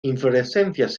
inflorescencias